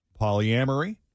Polyamory